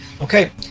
Okay